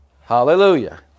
Hallelujah